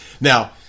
Now